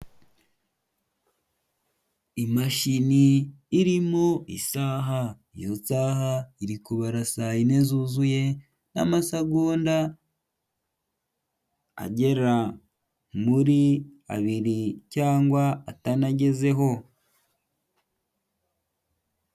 Imashini irimo isaha, iyo saha iri kubara saa yine zuzuye n'amasegonda agera muri abiri cyangwa atanagezeho.